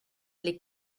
les